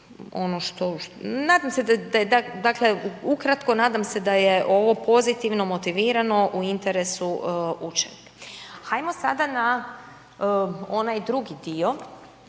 ono što nadam se, dakle ukratko nadam se da je ovo pozitivno motivirano u interesu … Hajmo sada na onaj drugi dio